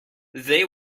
they